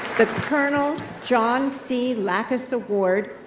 the colonel john c. lackas award,